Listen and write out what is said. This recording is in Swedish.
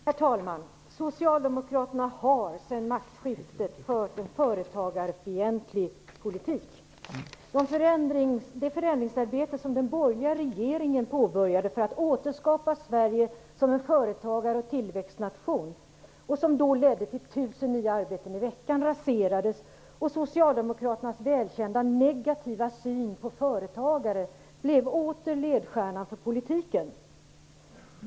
Herr talman! Socialdemokraterna har sedan maktskiftet fört en företagarfientlig politik. Det förändringsarbete som den borgerliga regeringen påbörjade för att återskapa Sverige som en företagar och tillväxtnation, som då ledde till 1 000 nya arbeten i veckan, raserades. Socialdemokraternas välkända negativa syn på företagare blev åter ledstjärna för politiken.